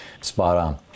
spot-on